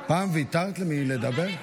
פעם ויתרת על לדבר?